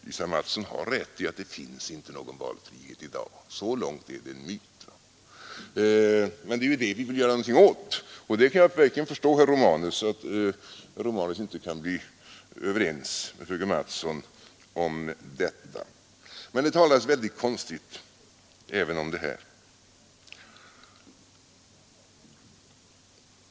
Lisa Mattson har rätt i att det inte finns någon valfrihet i dag — så långt är valfriheten en myt. Men det är ju det vi vill göra någonting åt, och jag kan verkligen förstå att herr Romanus inte kan bli överens med fröken Mattson. Det talas emellertid väldigt konstigt även om detta.